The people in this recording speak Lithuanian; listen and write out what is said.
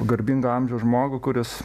garbingo amžiaus žmogų kuris